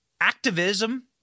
activism